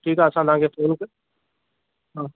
ठीकु आहे असां तव्हांखे हा